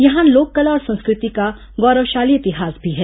यहां लोक कला और संस्कृति का गौरवशाली इतिहास भी है